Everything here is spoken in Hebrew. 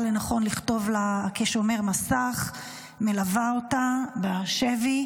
לנכון לכתוב עליה בשומר המסך מלווה אותה בשבי,